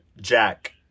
Jack